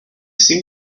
seem